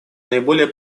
наиболее